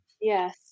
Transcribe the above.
Yes